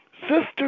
Sister